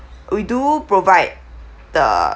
we do provide the